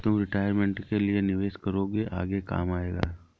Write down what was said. तुम रिटायरमेंट के लिए निवेश करोगे तो आगे काम आएगा